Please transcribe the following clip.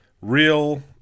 real